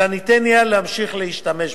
אלא ניתן יהיה להמשיך ולהשתמש בו.